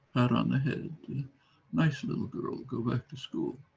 pat on the head nice little girl go back to school